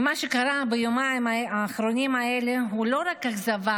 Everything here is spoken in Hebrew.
אבל מה שקרה ביומיים האחרונים האלה הוא לא רק אכזבה